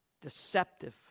deceptive